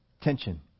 Tension